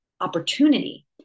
opportunity